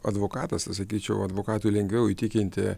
advokatas sakyčiau advokatui lengviau įtikinti